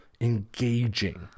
engaging